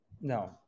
No